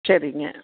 சரிங்க